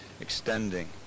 extending